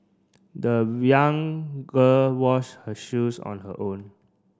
the young girl washed her shoes on her own